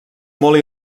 molt